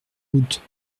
route